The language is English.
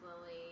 Lily